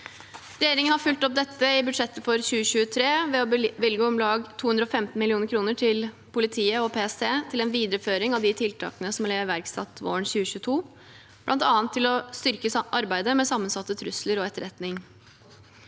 Regjeringen har fulgt opp dette i budsjettet for 2023 ved å bevilge om lag 215 mill. kr til politiet og PST til en videreføring av tiltakene som ble iverksatt våren 2022, bl.a. til å styrke arbeidet med sammensatte trusler og etterretning.